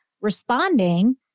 responding